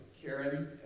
Karen